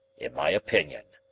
in my opinion,